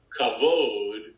kavod